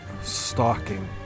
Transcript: Stalking